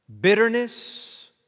bitterness